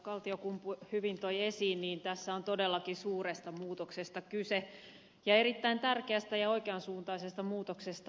kaltiokumpu hyvin toi esiin niin tässä on todellakin suuresta muutoksesta kyse ja erittäin tärkeästä ja oikean suuntaisesta muutoksesta